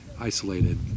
isolated